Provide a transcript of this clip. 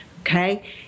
Okay